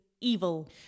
evil